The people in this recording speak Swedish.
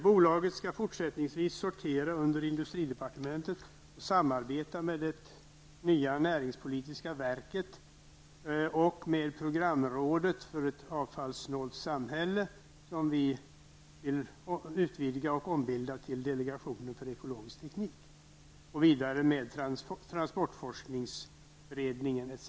Bolaget skall fortsättningsvis sortera under industridepartementet och samarbeta med det nya näringspolitiska verket, med programrådet för ett avfallssnålt samhälle -- som vi vill utvidga och ombilda till Delegationen för ekologisk teknik --, med transportforskningsberedningen, etc.